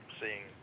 seeing